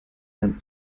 einem